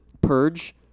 purge